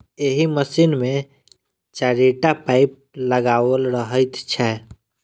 एहि मशीन मे चारिटा पाइप लगाओल रहैत छै